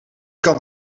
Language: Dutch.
kan